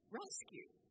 rescue